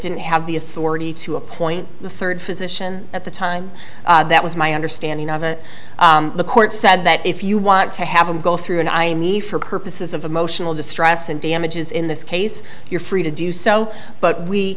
didn't have the authority to appoint the third physician at the time that was my understanding of a the court said that if you want to have a go through and i need for purposes of emotional distress and damages in this case you're free to do so but we